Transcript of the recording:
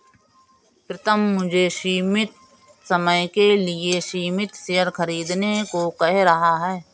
प्रितम मुझे सीमित समय के लिए सीमित शेयर खरीदने को कह रहा हैं